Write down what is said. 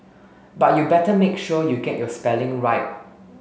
but you better make sure you get your spelling right